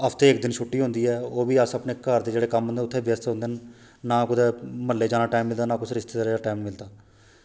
हफ्ते च इक दिन छुट्टी होंदी ऐ ओह् बी अस अपने घर दे जेह्ड़े कम्म होंदे न उत्थै व्यस्त होंदे न नां कुतै म्हल्लै जाने दा टैम लगदा नां कुसै रिश्तेदार दा टैम मिलदा